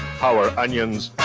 power onions?